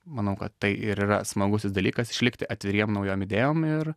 manau kad tai ir yra smagusis dalykas išlikti atviriem naujom idėjom ir